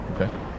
Okay